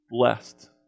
blessed